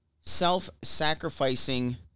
self-sacrificing